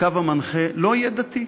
הקו המנחה לא יהיה דתי.